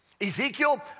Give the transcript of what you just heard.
Ezekiel